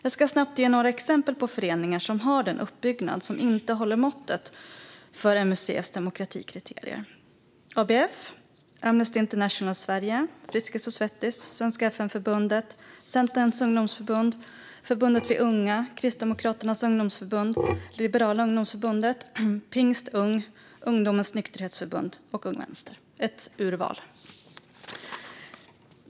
Jag ska snabbt ge några exempel på föreningar som har en uppbyggnad som inte håller måttet för MUCF:s demokratikriterier: ABF, Amnesty International Sverige, Friskis och Svettis, Svenska FN-förbundet, Centerpartiets ungdomsförbund, Förbundet Vi Unga, Kristdemokratiska Ungdomsförbundet, Liberala ungdomsförbundet, Pingst ung, Ungdomens Nykterhetsförbund och Ung Vänster. Detta är ett urval.